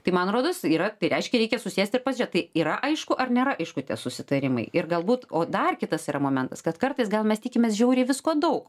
tai man rodos yra tai reiškia reikia susėst ir pasžėt tai yra aišku ar nėra aišku tie susitarimai ir galbūt o dar kitas yra momentas kad kartais gal mes tikimės žiauriai visko daug